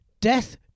Death